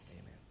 Amen